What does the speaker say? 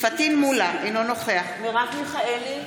פטין מולא, אינו נוכח מרב מיכאלי,